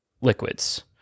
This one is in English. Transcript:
liquids